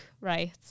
right